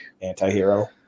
anti-hero